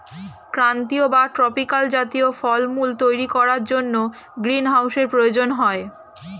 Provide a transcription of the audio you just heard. ক্রান্তীয় বা ট্রপিক্যাল জাতীয় ফলমূল তৈরি করার জন্য গ্রীনহাউসের প্রয়োজন হয়